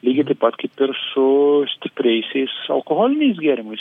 lygiai taip pat kaip ir su stipriaisiais alkoholiniais gėrimais